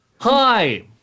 Hi